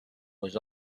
was